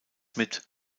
mit